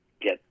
get